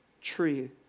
tree